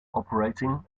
operating